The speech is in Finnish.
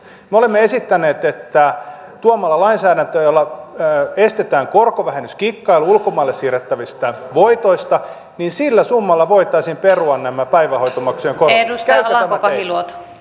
me olemme esittäneet että tuomalla lainsäädäntöä jolla estetään korkovähennyskikkailu ulkomaille siirrettävistä voitoista sillä summalla voitaisiin perua nämä päivähoitomaksujen korotukset